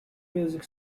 music